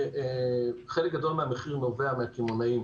שחלק גדול מהמחיר נובע מהקמעונאים,